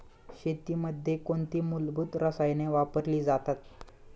शेतीमध्ये कोणती मूलभूत रसायने वापरली जातात?